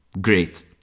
great